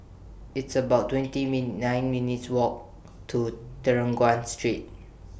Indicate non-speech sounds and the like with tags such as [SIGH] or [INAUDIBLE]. It's about twenty [UNINTELLIGIBLE] nine minutes' Walk to [UNINTELLIGIBLE] Street